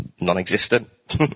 non-existent